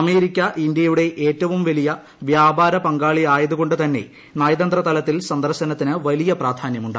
America ഇന്ത്യയുടെ ഏറ്റവും വലിയ വ്യാപാര പങ്കാളിയായതുകൊണ്ട് തന്നെ നയതന്ത്രതലത്തിൽ സന്ദർശനത്തിന് വലിയ പ്രാധാന്യമുണ്ട്